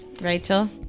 Rachel